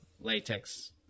latex